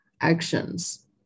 actions